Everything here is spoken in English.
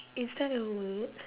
is that a word